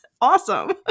awesome